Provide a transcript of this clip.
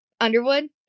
underwood